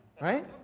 Right